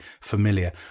familiar